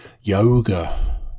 Yoga